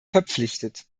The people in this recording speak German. verpflichtet